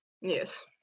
Yes